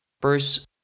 Bruce